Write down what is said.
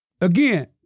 Again